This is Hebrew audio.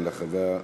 ואחריה,